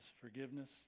forgiveness